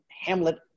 hamlet